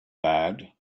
bad